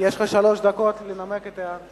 יש לך שלוש דקות לנמק את התנגדותך.